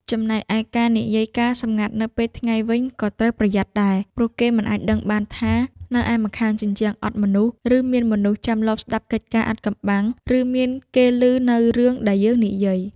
ចំណែកឯការនិយាយការណ៍សម្ងាត់នៅពេលថ្ងៃវិញ ក៏ត្រូវប្រយ័ត្នដែរ ព្រោះគេមិនអាចដឹងបានថា នៅឯម្ខាងជញ្ជាំងអត់មនុស្ស ឬមានមនុស្សចាំលបស្ដាប់កិច្ចការអាថ៌កំបាំង ឬមានគេឮនូវរឿងដែលយើងនិយាយ។